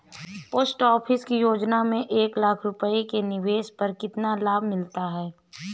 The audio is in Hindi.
पोस्ट ऑफिस की योजना में एक लाख रूपए के निवेश पर कितना लाभ मिलता है?